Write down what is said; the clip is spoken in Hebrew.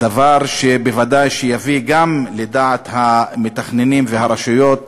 דבר שבוודאי יביא, גם לדעת המתכננים והרשויות,